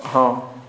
ହଁ